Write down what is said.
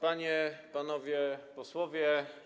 Panie i Panowie Posłowie!